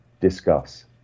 Discuss